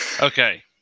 okay